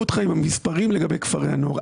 אותך עם המספרים לגבי כפרי הנוער.